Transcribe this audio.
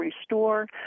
restore